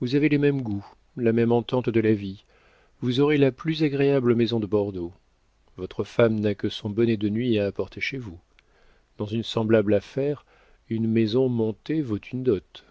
vous avez les mêmes goûts la même entente de la vie vous aurez la plus agréable maison de bordeaux votre femme n'a que son bonnet de nuit à apporter chez vous dans une semblable affaire une maison montée vaut une dot